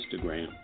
Instagram